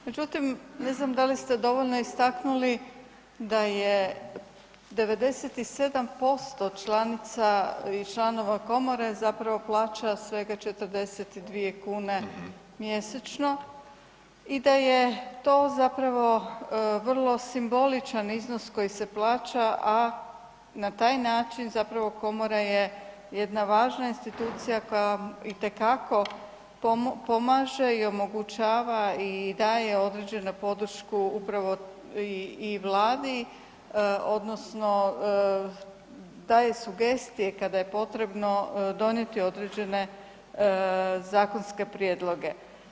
Međutim, ne znam da li ste dovoljno istaknuli da je 97% članica i članica komore zapravo plaća svega 42 kune mjesečno i da je to zapravo vrlo simboličan iznos koji se plaća, a na taj način zapravo komora je jedna važna institucija koja itekako pomaže i omogućava i daje određenu podršku upravo i Vladi odnosno daje sugestije kada je potrebno donijeti određene zakonske prijedloge.